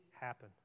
happen